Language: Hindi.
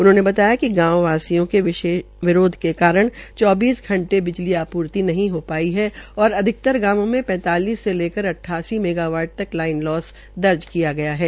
उन्होंने बताया कि गांव वासियों के विरोध के कारण चौबीस घंटे बिजली आपूर्ति नहीं हो पा रही है और अधिकतर गांवों में पैतालिस से लेकर अटठासी मेबावाट तक लाइन लोस दर्ज किया गया है